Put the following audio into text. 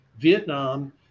Vietnam